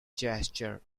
gesture